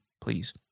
Please